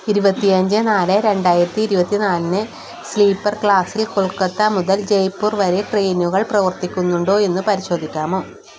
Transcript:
ഇരുപത്തിയഞ്ച് നാല് രണ്ടായിരത്തി ഇരുപത്തി നാലിന് സ്ലീപ്പർ ക്ലാസിൽ കൊൽക്കത്ത മുതൽ ജയ്പൂർ വരെ ട്രെയിനുകൾ പ്രവർത്തിക്കുന്നുണ്ടോ എന്നു പരിശോധിക്കാമോ